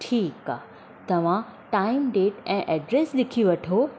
ठीकु आहे तव्हां टाइम डेट ऐं एड्रेस लिखी वठो